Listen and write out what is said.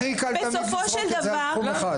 הכי קל תמיד לזרוק את זה על תחום אחד.